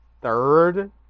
third